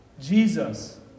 Jesus